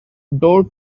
door